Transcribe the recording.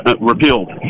repealed